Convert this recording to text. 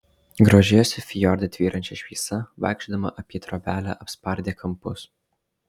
grožėjosi fjorde tvyrančia šviesa vaikščiodama apie trobelę apspardė kampus